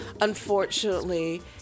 Unfortunately